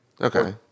Okay